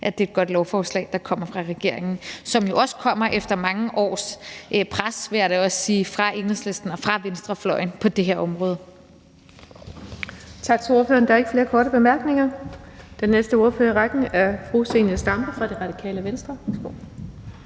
at det er et godt lovforslag, der kommer fra regeringen – og som jo også kommer efter mange års pres, vil jeg da også sige, fra Enhedslisten og fra venstrefløjen, på det her område.